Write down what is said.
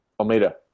Almeida